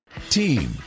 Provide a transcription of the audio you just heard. Team